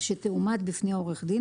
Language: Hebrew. שתאומת בפני עורך-דין,